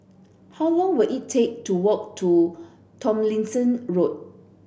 how long will it take to walk to Tomlinson Road